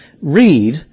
read